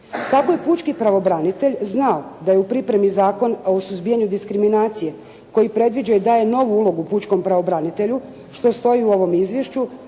Kako je pučki pravobranitelj znao da je u pripremi Zakon o suzbijanju diskriminacije koji predviđa i daje novu ulogu pučkom pravobranitelju što stoji u ovom izvješću,